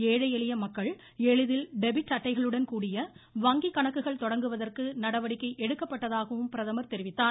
ஏழை எளிய மக்கள் எளிதில் டெபிட் அட்டைகளுடன் கூடிய வங்கி கணக்குகள் தொடங்குவதற்கு நடவடிக்கை எடுக்கப்பட்டதாகவும் பிரதமர் தெரிவித்தார்